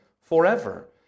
forever